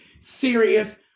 serious